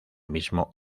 mismo